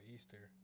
Easter